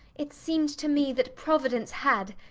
it seemed to me that providence had,